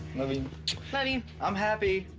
i mean love you. i'm happy.